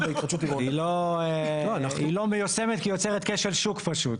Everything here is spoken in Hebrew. היא לא מיושמת כי היא יוצרת כשל שוק פשוט,